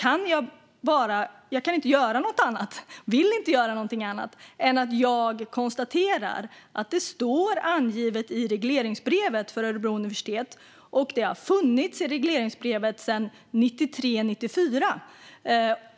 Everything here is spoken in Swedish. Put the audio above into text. Samtidigt kan jag inte, vill jag inte, göra något annat än att konstatera att detta står angivet i regleringsbrevet för Örebro universitet och har gjort det sedan 1993/94.